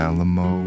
Alamo